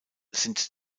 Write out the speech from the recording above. sind